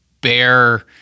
bear